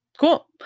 cool